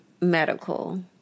medical